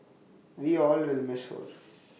we'll all will miss her